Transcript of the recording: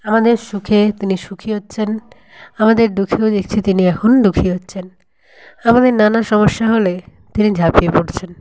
আমাদের সুখে তিনি সুখী হচ্ছেন আমাদের দুখেও দেখছি তিনি এখন দুখী হচ্ছেন আমাদের নানা সমস্যা হলে তিনি ঝাঁপিয়ে পড়ছেন